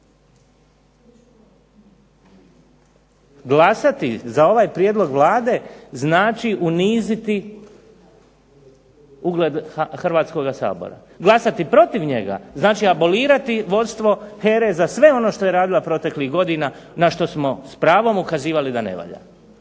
Glasati za ovaj prijedlog Vlade znači uniziti ugled Hrvatskoga sabora. Glasati protiv njega znači abolirati vodstvo HERA-e za sve ono što je radila proteklih godina na što smo s pravom ukazivali da ne valja.